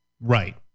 Right